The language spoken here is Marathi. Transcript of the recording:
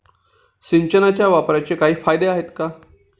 सिंचनाच्या वापराचे काही फायदे आहेत का?